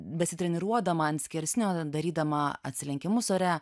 besitreniruodama ant skersinio darydama atsilenkimus ore